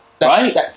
right